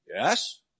Yes